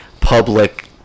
public